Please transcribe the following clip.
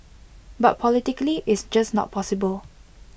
but politically it's just not possible